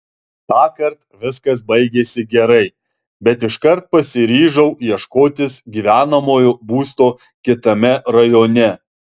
tąkart viskas baigėsi gerai bet iškart pasiryžau ieškotis gyvenamojo būsto kitame rajone